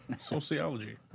Sociology